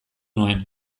nuen